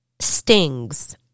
stings